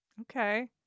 Okay